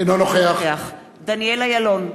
אינו נוכח דניאל אילון,